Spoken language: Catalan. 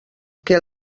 que